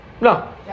no